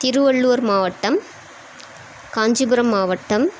திருவள்ளுவர் மாவட்டம் காஞ்சிபுரம் மாவட்டம்